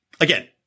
Again